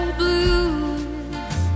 blues